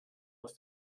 aus